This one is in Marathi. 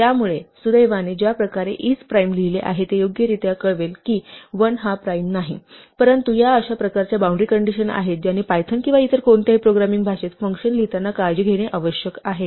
त्यामुळे सुदैवाने ज्या प्रकारे isprime लिहिले आहे ते योग्यरित्या कळवेल की 1 हा प्राइम नाही परंतु या अशा प्रकारच्या बाऊंड्री कंडिशन आहेत ज्याने पायथन किंवा इतर कोणत्याही प्रोग्रामिंग भाषेत फंक्शन्स लिहिताना काळजी घेणे आवश्यक आहे